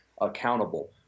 accountable